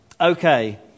Okay